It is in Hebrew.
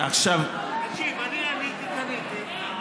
תקשיב, אני קניתי.